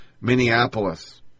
Minneapolis